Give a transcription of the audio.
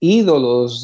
ídolos